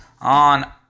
on